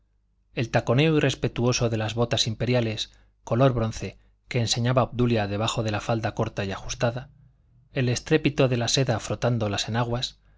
el taconeo irrespetuoso de las botas imperiales color bronce que enseñaba obdulia debajo de la falda corta y ajustada el estrépito de la seda frotando las enaguas